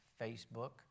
Facebook